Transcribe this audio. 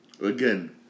Again